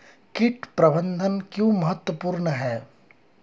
कीट प्रबंधन क्यों महत्वपूर्ण है?